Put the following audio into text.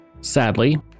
Sadly